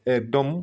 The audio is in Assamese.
একদম